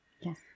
Yes